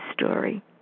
story